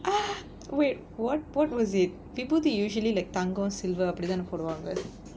wait what what was it people they usually like தங்கம்:thangam silver அப்படி தான போடுவாங்க:appadi thaana poduvaanga